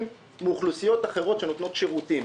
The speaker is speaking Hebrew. מאוכלוסיות אחרות שנותנות שירותים.